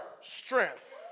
strength